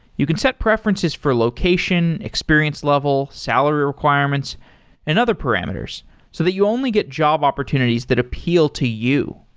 you can set preferences for location, experience level, salary requirements and other parameters so that you only get job opportunities that appeal to you.